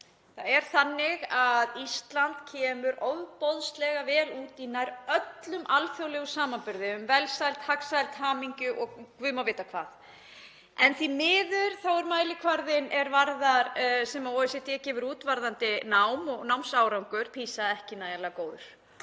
Það er þannig að Ísland kemur ofboðslega vel út í nær öllum alþjóðlegum samanburði um velsæld, hagsæld, hamingju og guð má vita hvað. En því miður er mælikvarðinn sem OECD gefur út varðandi nám og námsárangur í PISA ekki nægjanlega góður.